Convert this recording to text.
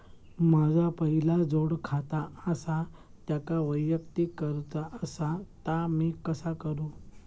माझा पहिला जोडखाता आसा त्याका वैयक्तिक करूचा असा ता मी कसा करू?